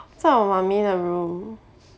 在我 mummy 的 room